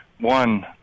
One